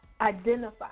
identify